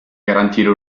garantire